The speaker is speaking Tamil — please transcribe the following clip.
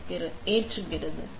எனவே முகமூடியை எவ்வாறு ஏற்றுவது